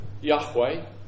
Yahweh